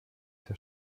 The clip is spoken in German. der